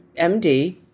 md